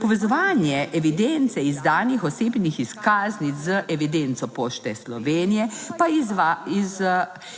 Povezovanje evidence izdanih osebnih izkaznic z evidenco Pošte Slovenije pa